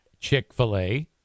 Chick-fil-A